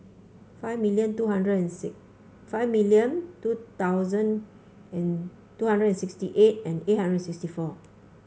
five million two hundred and five million two thousand and two hundred and sixty eight and eight hundred and sixty four